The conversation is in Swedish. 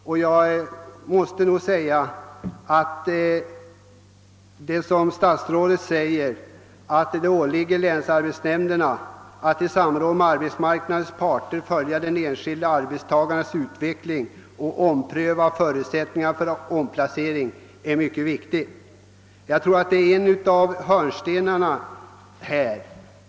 Enligt min mening är statsrådets uttalande, att det åligger länsarbetsnämnderna att i samråd med arbetsmarknadens parter följa den enskilde arbetstagarens utveckling och ompröva förutsättningarna för omplacering, mycket viktigt. Jag tror att vi här har en av hörnstenarna.